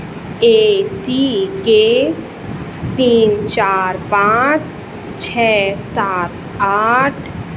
ए C के तीन चार पाँच छः सात आठ